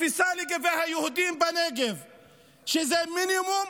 התפיסה לגבי היהודים בנגב היא מינימום